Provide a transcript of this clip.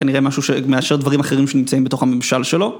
כנראה משהו שמאשר דברים אחרים שנמצאים בתוך הממשל שלו